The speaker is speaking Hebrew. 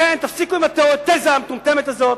לכן, תפסיקו עם התזה המטומטמת הזאת.